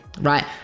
Right